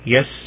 Yes